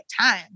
time